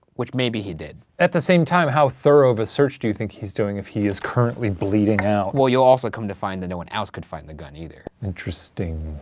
which maybe he did. at the same time, how thorough of a search do you think he's doing if he is currently bleeding out? well, you'll also come to find that no one else could find the gun either. interesting.